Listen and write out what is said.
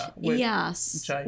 Yes